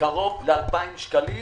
קרוב ל-2,000 שקלים,